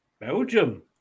Belgium